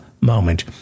moment